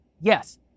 Yes